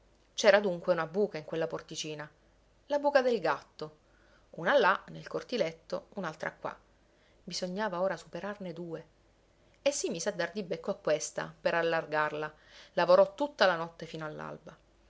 c'era dunque una buca in quella porticina la buca del gatto una là nel cortiletto un'altra qua bisognava ora superarne due e si mise a dar di becco a questa per allargarla lavorò tutta la notte fino